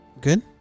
good